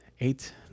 Eight